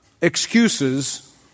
excuses